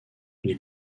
les